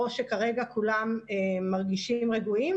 או שכרגע כולם מרגישים רגועים,